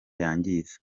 yangiza